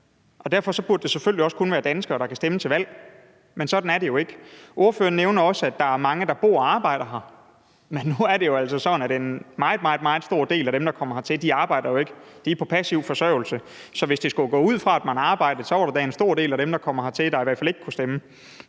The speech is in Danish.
derfor burde det selvfølgelig også kun være danskere, der kunne stemme til valg. Men sådan er det jo ikke. Ordføreren nævner også, at der er mange, der bor og arbejder her. Men nu er det altså sådan, at en meget, meget stor del af dem, der kommer hertil, jo ikke arbejder; de er på passiv forsørgelse. Så hvis det skulle gå ud på, at man arbejdede, var der da en stor del af dem, der kommer hertil, som i hvert fald ikke kunne stemme.